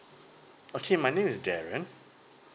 okay my name is darren